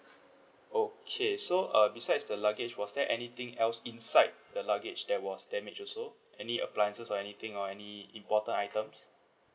okay so uh besides the luggage was there anything else inside the luggage that was damaged also any appliances or anything or any important items